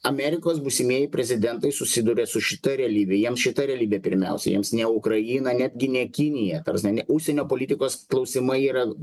amerikos būsimieji prezidentai susiduria su šita realybė jiems šita realybė pirmiausia jiems ne ukraina netgi ne kinija ta prasme ne užsienio politikos klausimai yra